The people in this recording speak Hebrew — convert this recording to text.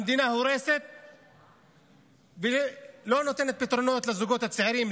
המדינה הורסת ולא נותנת פתרונות לזוגות הצעירים,